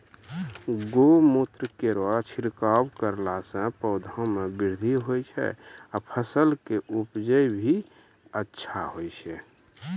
गौमूत्र केरो छिड़काव करला से पौधा मे बृद्धि होय छै फसल के उपजे भी अच्छा होय छै?